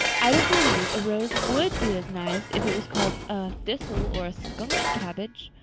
i don't believe a rose would be as nice if it was called a thistle or a skunk cabbage.